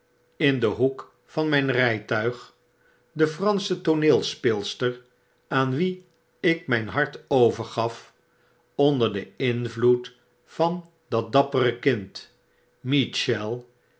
in den hoek van mjjn rjjtuig de fransche tooneelspeelster aan wie ik mp hart overgaf onder den invloed van dat dappere kind